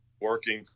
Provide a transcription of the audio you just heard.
working